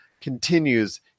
continues